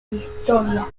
historia